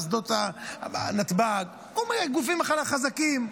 עם נתב"ג, כל הגופים החזקים,